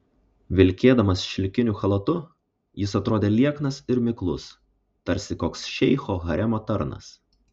vilkėdamas šilkiniu chalatu jis atrodė lieknas ir miklus tarsi koks šeicho haremo tarnas